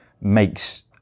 makes